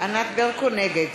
נגד